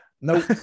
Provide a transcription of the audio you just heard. No